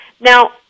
Now